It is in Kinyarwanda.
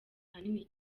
hanini